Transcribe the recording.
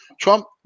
Trump